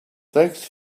thanks